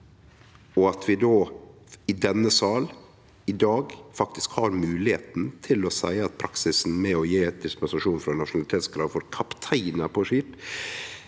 At vi då i denne salen i dag faktisk har moglegheita til å seie at praksisen med å gje dispensasjon frå nasjonalitetskrav for kapteinar på skip